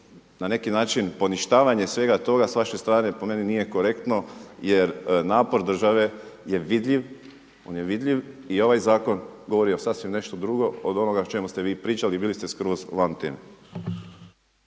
na neki način poništavanje svega toga s vaše strane po meni nije korektno jer napor države je vidljiv, on je vidljiv i ovaj zakon govori sasvim nešto drugo od onoga o čemu ste vi pričali i bili ste skroz van teme.